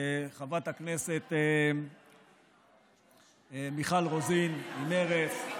חברת הכנסת מיכל רוזין, ממרצ,